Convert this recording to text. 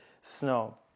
snow